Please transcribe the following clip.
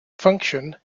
function